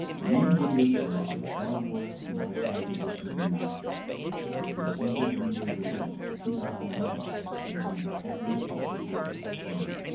the main video source of the star wars despecialized edition remastered was the official blu-ray release from two thousand and eleven, which contained the heavily altered version of the film.